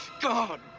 God